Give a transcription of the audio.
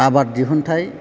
आबाद दिहुनथाय